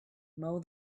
mow